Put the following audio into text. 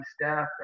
staff